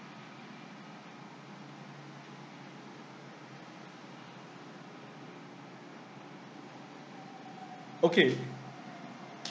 okay